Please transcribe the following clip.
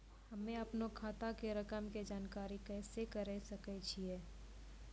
हम्मे अपनो खाता के रकम के जानकारी कैसे करे सकय छियै?